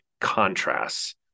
contrasts